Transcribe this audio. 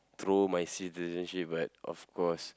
throw my citizenship but of course